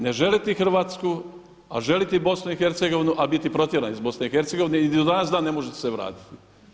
Ne željeti Hrvatsku a željeti BiH a biti protjeran iz BiH i ni do danas dan ne možete se vratiti.